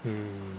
mm